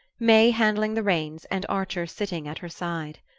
may handling the reins and archer sitting at her side.